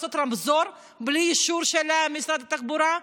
לעשות רמזור בלי אישור של משרד התחבורה?